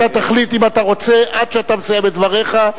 אתה תחליט אם אתה רוצה, עד שאתה מסיים את דבריך.